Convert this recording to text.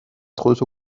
خودتو